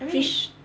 I think